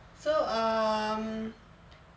so um